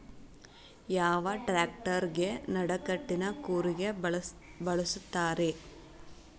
ಯಾವ ಟ್ರ್ಯಾಕ್ಟರಗೆ ನಡಕಟ್ಟಿನ ಕೂರಿಗೆ ಬಳಸುತ್ತಾರೆ?